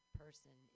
person